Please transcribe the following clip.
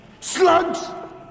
Slugs